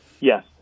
Yes